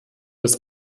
das